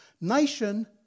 Nation